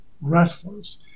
wrestlers